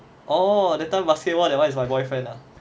orh that time basketball that one is my boyfriend ah